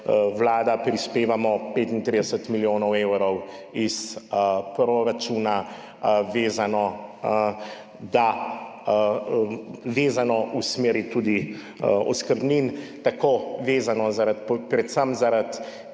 vlada prispevamo 35 milijonov evrov iz proračuna, vezano tudi v smeri oskrbnin, vezano predvsem zaradi